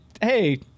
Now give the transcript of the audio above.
hey